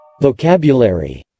Vocabulary